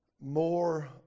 more